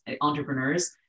entrepreneurs